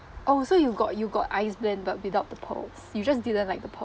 oh so you got you got ice blend but without the pearls you just didn't like the pearl